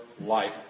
life